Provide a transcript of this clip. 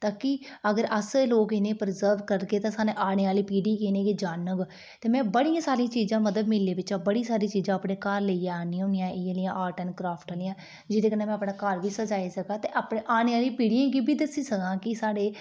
ताकि अगर अस लोक इनेंगी प्रिजर्व करगे ते साढ़ी आने आह्ली पीढ़ी गी इनेंगी जानह्ग ते में बड़ी सारियां चीजां मतलब मेले बिच्चा बड़ी सारी चीजां अपने घर लेई आनी होन्नी आं ऐ जियां आर्ट एंड क्राफ्ट आह्लियां जेह्दे कन्नै में अपना घर बी सजाई सकां ते अपने आने आह्ली पीढ़ी गी बी दस्सी सकां कि साढ़े